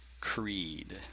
creed